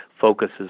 focuses